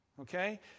Okay